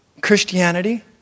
Christianity